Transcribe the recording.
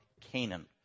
Canaan